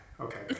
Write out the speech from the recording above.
Okay